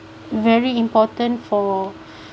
very important for